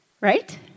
Right